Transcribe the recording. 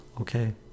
okay